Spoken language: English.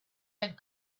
had